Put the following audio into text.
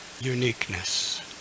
uniqueness